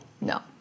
No